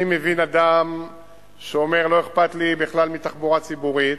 אני מבין אדם שאומר: לא אכפת לי בכלל מתחבורה ציבורית,